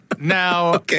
Now